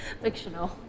Fictional